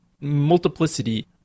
multiplicity